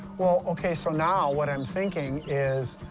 well, okay, so now what i'm thinking is,